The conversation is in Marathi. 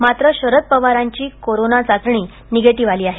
मात्र शरद पवारांची कोरोना चाचणी निगेटिव्ह आली आहे